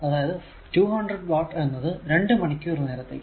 അതായതു 200 വാട്ട് എന്നത് 2 മണിക്കൂർ നേരത്തേക്ക്